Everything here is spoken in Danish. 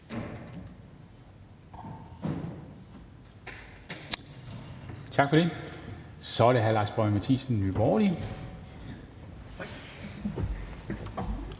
Tak for det. Så er det hr. Lars Boje Mathiesen. Kl.